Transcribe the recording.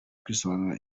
kwisobanura